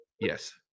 Yes